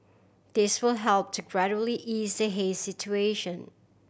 this will help to gradually ease the haze situation